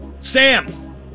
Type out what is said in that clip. Sam